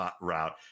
route